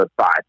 five